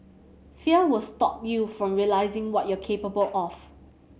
fear will stop you from realising what you capable of